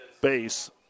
base